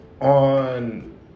On